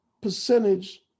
percentage